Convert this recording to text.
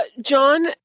John